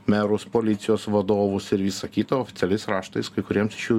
merus policijos vadovus ir visa kita oficialiais raštais kai kuriems iš jų